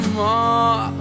more